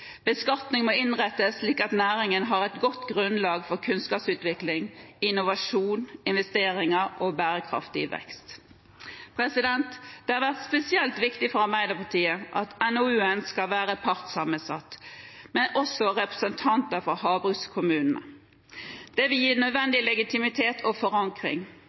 må innrettes slik at næringen har et godt grunnlag for kunnskapsutvikling, innovasjon, investeringer og bærekraftig vekst. Det har vært spesielt viktig for Arbeiderpartiet at NOU-utvalget skal være partssammensatt og også ha med representanter fra havbrukskommunene. Det vil gi nødvendig legitimitet og forankring.